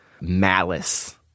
malice